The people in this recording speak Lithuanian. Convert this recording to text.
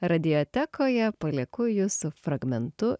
radijotekoje palieku jus su fragmentu